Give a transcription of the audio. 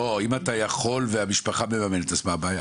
אתה יכול והמשפחה מממנת את זה אז מה הבעיה?